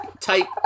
type